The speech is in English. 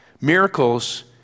Miracles